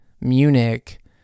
Munich